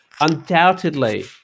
undoubtedly